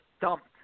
dumped